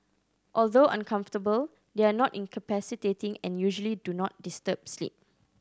although uncomfortable they are not incapacitating and usually do not disturb sleep